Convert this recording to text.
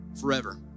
forever